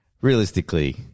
realistically